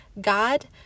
God